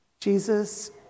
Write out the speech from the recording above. Jesus